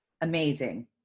amazing